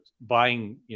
buying